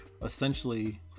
Essentially